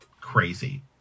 crazy